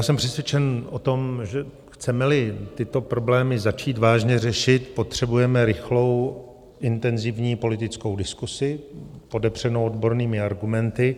Jsem přesvědčen o tom, že chcemeli tyto problémy začít vážně řešit, potřebujeme rychlou, intenzivní politickou diskusi podepřenou odbornými argumenty.